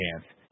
chance